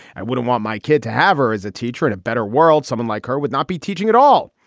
i wouldn't want my kid to have her as a teacher in a better world. someone like her would not be teaching at all.